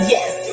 Yes